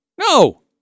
No